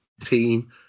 team